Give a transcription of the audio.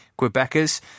Quebecers